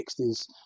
60s